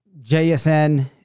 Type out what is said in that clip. JSN